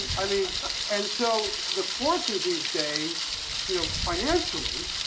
i mean and so the forces these days you know financially,